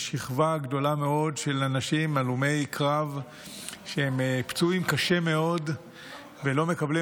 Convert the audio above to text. יש שכבה גדולה מאוד של אנשים הלומי קרב שהם פצועים קשה מאוד ולא מקבלים